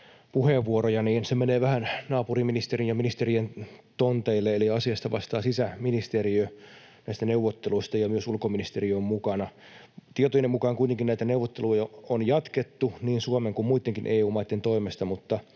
puheenvuoroja, menee vähän naapuriministerin ja ‑ministerien tonteille, eli näistä neuvotteluista vastaa sisäministeriö ja myös ulkoministeriö on mukana. Tietojeni mukaan kuitenkin näitä neuvotteluja on jatkettu niin Suomen kuin muittenkin EU-maitten toimesta, mutta